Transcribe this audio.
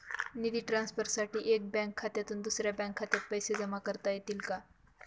निधी ट्रान्सफरसाठी एका बँक खात्यातून दुसऱ्या बँक खात्यात पैसे जमा करता येतील का?